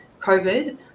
COVID